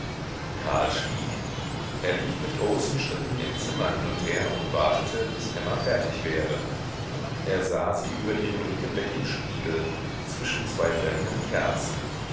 karl schwieg er lief mit großen schritten im zimmer hin und her und wartete bis emma fertig wäre er sah sie über ihren rücken weg im spiegel zwischen zwei brennenden kerzen